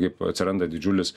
kaip atsiranda didžiulis